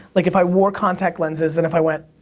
like, if i wore contact lenses, and if i went,